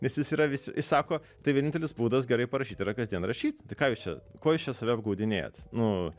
nes jis yra vis jis sako tai vienintelis būdas gerai parašyt yra kasdien rašyt tai ką jūs čia ko jūs čia save apgaudinėjat nu